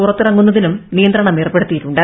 പുറത്തിറങ്ങുന്നതിനും നിയന്ത്രണമേർപ്പെടുത്തിയിട്ടുണ്ട്